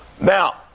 Now